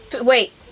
Wait